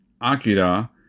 Akira